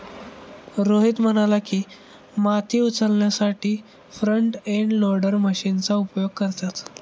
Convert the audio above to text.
रोहित म्हणाला की, माती उचलण्यासाठी फ्रंट एंड लोडर मशीनचा उपयोग करतात